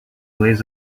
ways